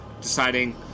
deciding